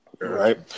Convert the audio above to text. Right